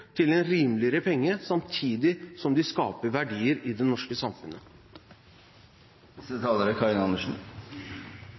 til en rimeligere penge, samtidig som de skaper verdier i det norske samfunnet.